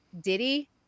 Diddy